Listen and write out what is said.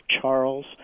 Charles